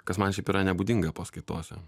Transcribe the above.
kas man šiaip yra nebūdinga paskaitose